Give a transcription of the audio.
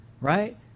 right